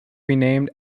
renamed